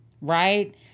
Right